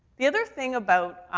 the other thing about, ah,